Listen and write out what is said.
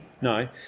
No